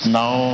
now